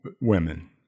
women